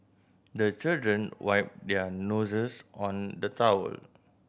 the children wipe their noses on the towel